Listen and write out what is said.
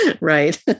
Right